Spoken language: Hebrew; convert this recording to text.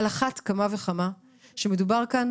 על אחת כמה וכמה שמדובר כאן